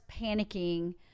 panicking